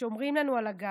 שומרים לנו על הגב.